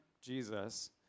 Jesus